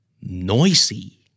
Noisy